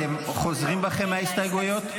אתם חוזרים בכם מההסתייגויות?